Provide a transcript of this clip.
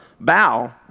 bow